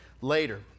later